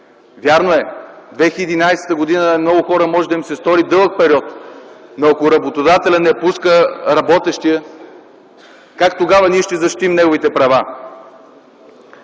Вярно е, 2011 г. на много хора може да се стори дълъг период, но ако работодателят не пуска работещия, как тогава ще защитим неговите права?!